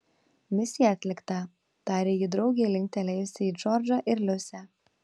misija atlikta tarė ji draugei linktelėjusi į džordžą ir liusę